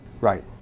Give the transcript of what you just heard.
Right